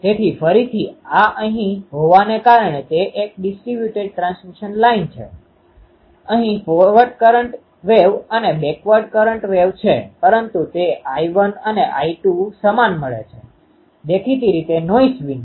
તેથી ફરીથી આ અહીં હોવાને કારણે તે એક ડીસ્ટ્રીબ્યુંટેડ ટ્રાન્સમિશન લાઇન છે અહીં ફોરવર્ડ કરંટ વેવwaveતરંગ અને બેકવર્ડ કરંટ વેવ છે પરંતુ તે I1 અને I2 સમાન મળે છે દેખીતી રીતે નોઈસ વિના